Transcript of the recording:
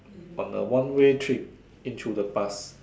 on a one way trip into the past